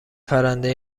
پرنده